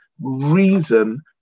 reason